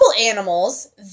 animals